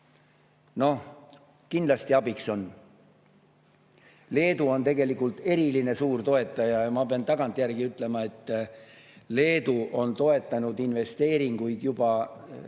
Noh, kindlasti abiks on. Leedu on tegelikult eriline suurtoetaja. Ma pean tagantjärele ütlema, et Leedu on toetanud investeeringuid juba,